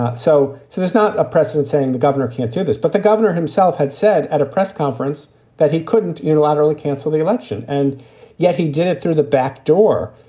so so there's not a precedent saying the governor can't do this. but the governor himself had said at a press conference that he couldn't unilaterally cancel the election. and yet he did it through the back door,